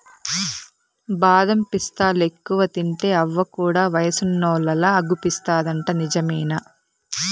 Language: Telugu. బాదం పిస్తాలెక్కువ తింటే అవ్వ కూడా వయసున్నోల్లలా అగుపిస్తాదంట నిజమేనా